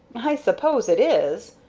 i suppose it is,